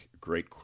great